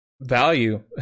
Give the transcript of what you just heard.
value